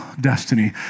destiny